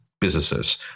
businesses